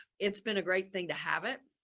it's been a great thing to have it.